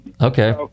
Okay